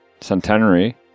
Centenary